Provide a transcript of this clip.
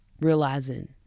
realizing